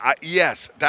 Yes